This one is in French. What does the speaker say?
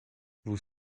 vous